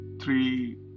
three